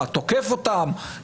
מאובדן הדמוקרטיה הישראלית.